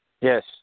Yes